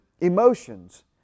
Emotions